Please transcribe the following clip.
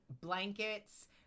blankets